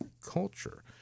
Culture